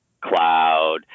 cloud